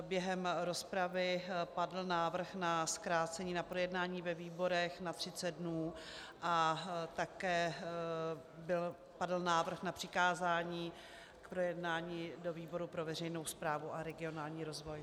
Během rozpravy padl návrh na zkrácení projednání ve výborech na 30 dnů a padl návrh na přikázání projednání ve výboru pro veřejnou správu a regionální rozvoj.